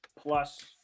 plus